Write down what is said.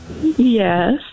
Yes